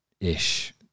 ish